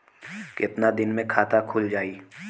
कितना दिन मे खाता खुल जाई?